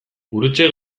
gurutze